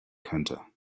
könnte